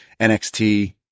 NXT